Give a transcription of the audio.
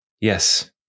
Yes